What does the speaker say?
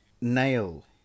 nail